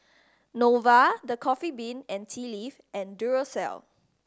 Nova The Coffee Bean and Tea Leaf and Duracell